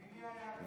מי היה הקצין?